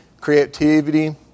creativity